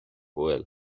bhfuil